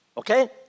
Okay